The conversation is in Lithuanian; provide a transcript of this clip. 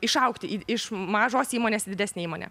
išaugti iš mažos įmonės į didesnę įmonę